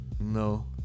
No